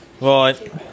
Right